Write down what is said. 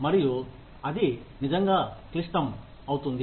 మరియు అది నిజంగా క్లిష్టం అవుతుంది